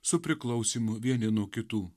su priklausymu vieni nuo kitų